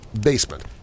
basement